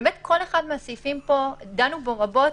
כל אחד מהסעיפים פה דנו בו רבות,